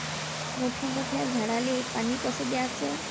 मोठ्या मोठ्या झाडांले पानी कस द्याचं?